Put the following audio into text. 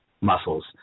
muscles